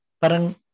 parang